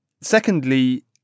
Secondly